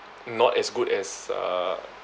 not as good as uh